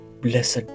Blessed